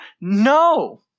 No